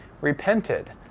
repented